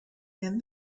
and